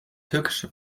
türkische